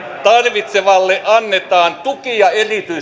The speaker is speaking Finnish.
tarvitsevalle annetaan tuki ja